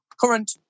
current